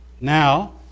Now